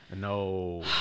No